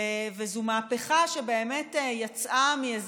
וזו מהפכה שבאמת יצאה,